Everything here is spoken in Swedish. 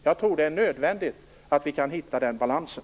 Jag tror att det är nödvändigt att vi kan hitta den balansen.